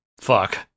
Fuck